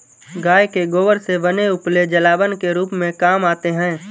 गाय के गोबर से बने उपले जलावन के रूप में काम आते हैं